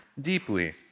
deeply